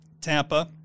Tampa